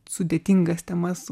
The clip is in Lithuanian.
sudėtingas temas